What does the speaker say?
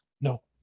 No